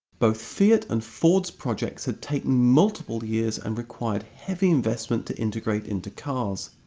both fiat and ford projects had taken multiple years and required heavy investment to integrate into cars.